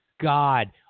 God